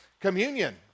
communion